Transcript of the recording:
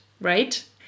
right